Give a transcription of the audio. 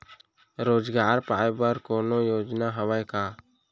रोजगार पाए बर कोनो योजना हवय का?